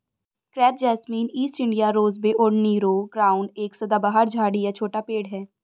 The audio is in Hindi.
crepe jasmine, East India rosebay और नीरो क्राउन एक सदाबहार झाड़ी या छोटा पेड़ है